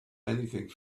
anything